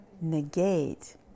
negate